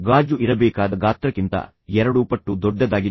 ಗಾಜು ಇರಬೇಕಾದ ಗಾತ್ರಕ್ಕಿಂತ ಎರಡು ಪಟ್ಟು ದೊಡ್ಡದಾಗಿದೆ